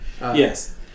Yes